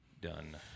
Done